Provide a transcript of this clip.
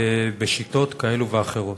בשיטות כאלו ואחרות?